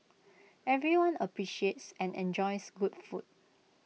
everyone appreciates and enjoys good food